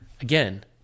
Again